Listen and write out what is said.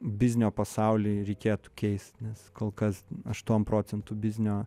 biznio pasauly reikėtų keist kol kas aštuoniasdešimt procentų biznio